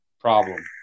Problem